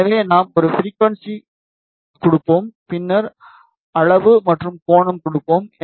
எனவே நாம் ஒரு ஃபிரிக்குவன்சி கொடுப்போம் பின்னர் அளவு மற்றும் கோணம் கொடுப்போம்